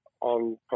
on